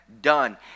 done